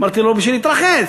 אמרתי, בשביל להתרחץ.